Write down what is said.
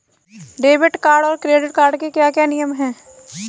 Debit card और credit card के क्या क्या नियम हैं?